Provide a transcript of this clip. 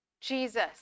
Jesus